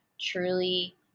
truly